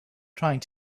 trying